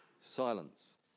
Silence